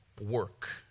work